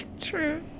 True